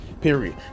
period